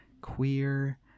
Queer